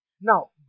Now